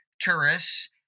tourists